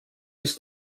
ist